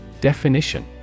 Definition